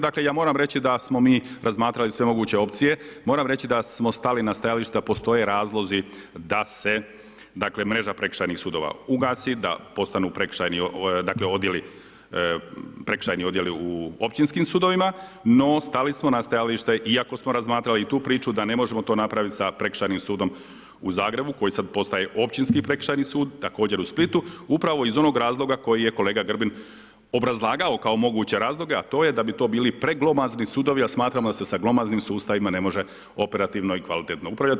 Ja moram reći da smo mi razmatrali sve moguće opcije, moram reći da smo stali na stajališta, postoje razlozi da se dakle, mreža prekršajnih sudova ugasi, da postoje prekršajni odjeli u općinskim sudovima, no stali smo na stajalište iako smo razmatrali i tu priču, da ne možemo to napraviti sa Prekršajnim sudom u Zagrebu, koji sada postaje Općinski prekršajni sud u Splitu, upravo iz onog razloga koji je kolega Grbin obrazlagao kao moguće razloge, a to je da bi to bili preglomazni sudovi, a smatrasmo da se sa glomaznim sustavima ne može operativno i kvalitetno upravljati.